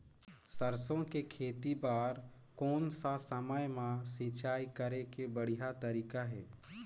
सरसो के खेती बार कोन सा समय मां सिंचाई करे के बढ़िया तारीक हे?